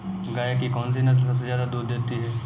गाय की कौनसी नस्ल सबसे ज्यादा दूध देती है?